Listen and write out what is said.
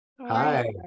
Hi